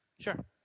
Sure